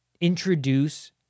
introduce